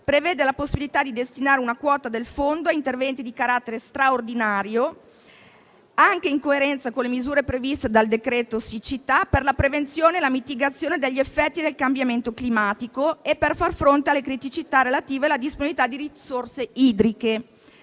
prevede la possibilità di destinare una quota del Fondo a interventi di carattere straordinario, anche in coerenza con le misure previste dal decreto siccità, per la prevenzione e la mitigazione degli effetti del cambiamento climatico e per far fronte alle criticità relative alla disponibilità di risorse idriche.